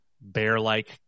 bear-like